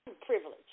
privilege